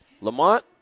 Lamont